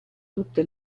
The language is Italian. tutte